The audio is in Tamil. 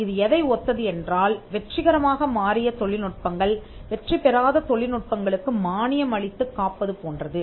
இது எதை ஒத்தது என்றால் வெற்றிகரமாக மாறிய தொழில்நுட்பங்கள் வெற்றி பெறாத தொழில்நுட்பங்களுக்கு மானியம் அளித்துக் காப்பது போன்றது